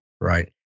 right